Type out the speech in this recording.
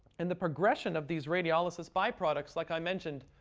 and the progression of these radiologists byproducts, like i mentioned,